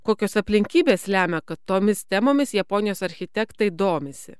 kokios aplinkybės lemia kad tomis temomis japonijos architektai domisi